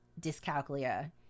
dyscalculia